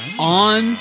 On